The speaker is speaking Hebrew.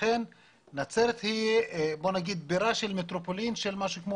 לכן נצרת היא בירה של מטרופולין של משהו כמו